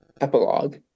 epilogue